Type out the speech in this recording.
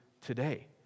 today